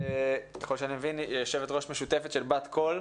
שהיא יושבת-ראש משותפת של בת קול.